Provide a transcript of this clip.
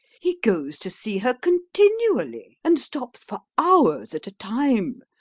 he goes to see her continually, and stops for hours at a time,